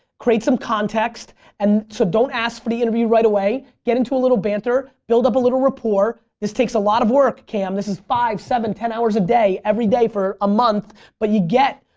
create some context and so don't ask for the interview right away, get in to a little banter build up a little rapport. this takes a lot of work, cam. this is five, seven, ten hours a day every day for a month but you get,